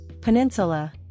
Peninsula